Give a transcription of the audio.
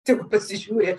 tegu pasižiūri